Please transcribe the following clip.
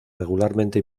regularmente